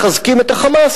מחזקים את ה"חמאס",